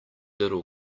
little